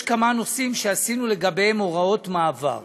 יש כמה נושאים שעשינו לגביהם הוראות מעבר.